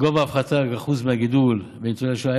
גובה ההפחתה כאחוז מהגידול: ניצולי שואה,